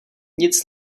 nic